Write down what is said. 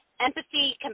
empathy